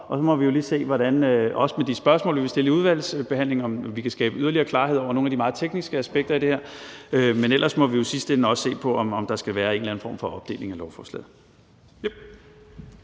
Og så må vi jo lige se – også med de spørgsmål, vi vil stille i udvalgsbehandlingen – om vi kan skabe yderligere klarhed over nogle af de meget tekniske aspekter i det her. Men ellers må vi jo i sidste ende også se på, om der skal være en eller anden form for opdeling af lovforslaget.